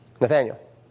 Nathaniel